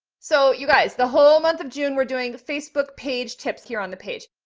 so you guys, the whole month of june we're doing facebook page tips here on the page.